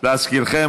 להזכירכם,